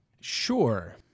Sure